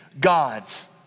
God's